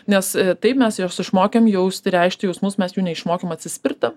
nes taip mes juos išmokėm jausti reikšti jausmus mes jų neišmokėm atsispirti